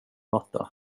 matta